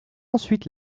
ensuite